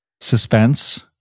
Suspense